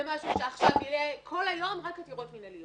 זה משהו שיגרור כל היום עתירות מינהליות.